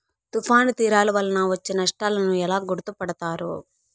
తుఫాను తీరాలు వలన వచ్చే నష్టాలను ఎలా గుర్తుపడతారు?